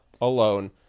alone